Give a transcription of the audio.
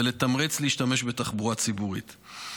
ולתמרץ להשתמש בתחבורה ציבורית.